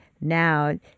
now